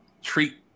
treat